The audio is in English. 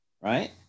right